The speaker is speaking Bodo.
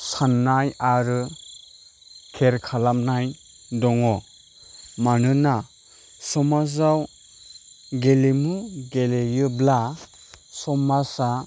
साननाय आरो खेर खालामनाय दङ मानोना समाजाव गेलेमु गेलेयोब्ला समाजआ